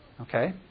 Okay